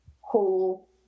whole